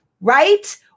right